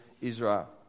Israel